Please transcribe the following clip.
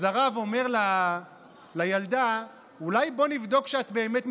הרב אמר לילדה: אולי בואי נבדוק שאת באמת מצטיינת,